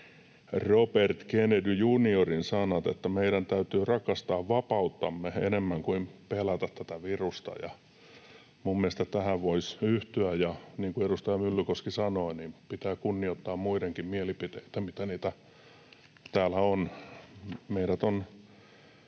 Robert Kennedy Juniorin sanat, että meidän täytyy rakastaa vapauttamme enemmän kuin pelätä tätä virusta, ja minun mielestäni tähän voisi yhtyä, ja niin kuin edustaja Myllykoski sanoi, pitää kunnioittaa muidenkin mielipiteitä, mitä täällä on. Meidät on